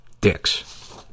dicks